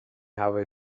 هوای